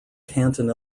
canton